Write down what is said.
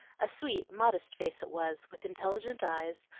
a sweet, modest face it was, with intelligent eyes,